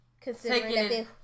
Considering